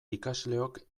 ikasleok